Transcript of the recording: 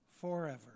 forever